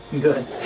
Good